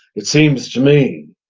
it seems to me,